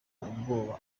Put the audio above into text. ubwoba